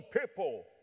people